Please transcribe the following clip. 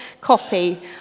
copy